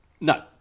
no